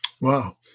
Wow